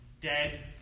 Dead